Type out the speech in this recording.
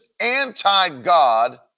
anti-God